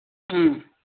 ꯎꯝ